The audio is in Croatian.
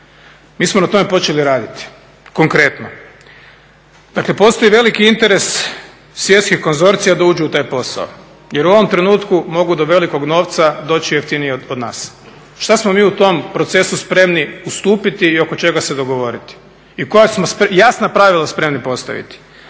Mi smo na tome počeli raditi, konkretno. Dakle postoji veliki interes svjetskih konzorcija da uđu u taj posao jer u ovom trenutku mogu do velikog novca doći jeftinije od nas. Što smo mi u tom procesu spremni ustupiti i oko čega se dogovoriti i koja smo jasna pravila spremni postaviti?